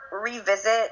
revisit